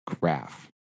graph